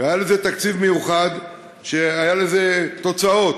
והיה לזה תקציב מיוחד, והיו לזה תוצאות.